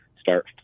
start